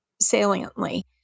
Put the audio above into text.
saliently